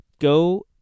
go